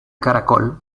caracol